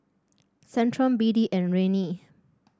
Centrum B D and Rene